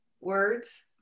words